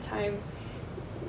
time